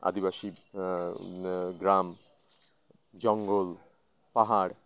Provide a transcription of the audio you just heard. আদিবাসী গ্রাম জঙ্গল পাহাড়